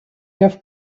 have